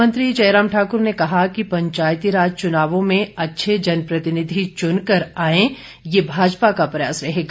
मुख्यमंत्री जयराम ठाकुर ने कहा कि पंचायती राज चुनावों में अच्छे जनप्रतिनिधि चुनकर आए यह भाजपा का प्रयास रहेगा